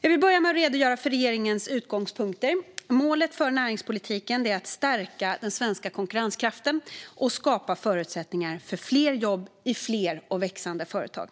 Jag vill börja med att redogöra för regeringens utgångspunkter. Målet för näringspolitiken är att stärka den svenska konkurrenskraften och skapa förutsättningar för fler jobb i fler och växande företag.